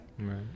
Right